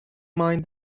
mind